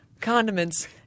condiments